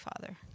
Father